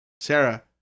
Sarah